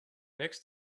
next